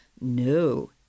No